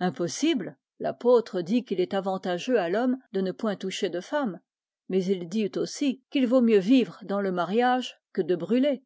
impossible l'apôtre dit qu'il est avantageux à l'homme de ne point toucher de femme mais il dit aussi qu'il vaut mieux vivre dans le mariage que de brûler